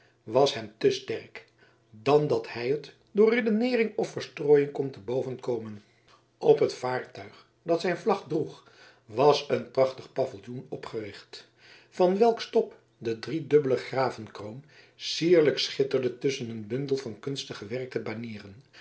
was hem te sterk dan dat hij het door redeneering of verstrooiing kon te boven komen op het vaartuig dat zijn vlag droeg was een prachtig paviljoen opgericht van welks top de driedubbele gravenkroon sierlijk schitterde tusschen een bundel van kunstig gewerkte banieren